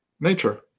nature